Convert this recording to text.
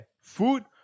Food